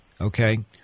Okay